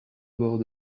bord